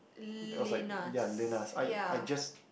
it was like ya Lenas I I just